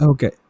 Okay